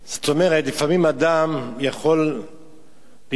זאת אומרת, לפעמים אדם יכול להתרברב,